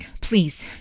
Please